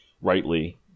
Rightly